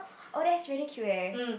oh that's really cute eh